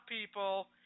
people